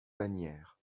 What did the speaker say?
bannières